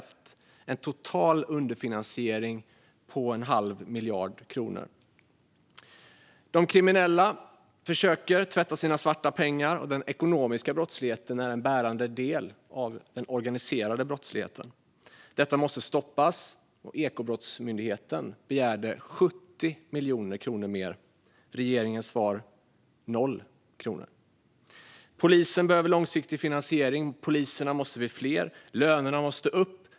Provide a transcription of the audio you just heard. Det är en total underfinansiering med en halv miljard kronor. De kriminella försöker tvätta sina svarta pengar. Den ekonomiska brottsligheten är en bärande del av den organiserade brottsligheten. Detta måste stoppas. Ekobrottsmyndigheten begärde 70 miljoner kronor mer. Regeringens svar: 0 kronor. Polisen behöver långsiktig finansiering. Poliserna måste bli fler. Lönerna måste upp.